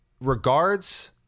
regards